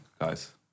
guys